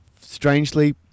strangely